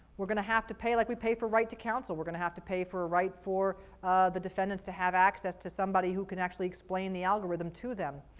we're going to have to pay, like we pay for right to counsel, we're going to have to pay to ah right for the defendants to have access to somebody who can actually explain the algorithm to them.